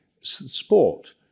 sport